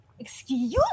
excuse